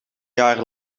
jaar